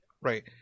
Right